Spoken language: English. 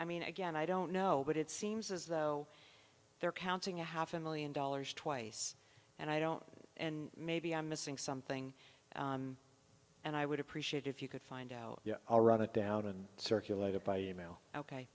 i mean again i don't know but it seems as though they're counting a half a million dollars twice and i don't and maybe i'm missing something and i would appreciate if you could find out i'll run it down and circulated by email ok